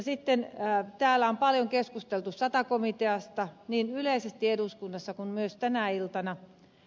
sitten täällä on paljon keskusteltu sata komiteasta niin yleisesti eduskunnassa kuin myös tänä iltana